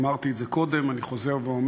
אמרתי את זה קודם, אני חוזר ואומר.